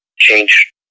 change